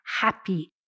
happy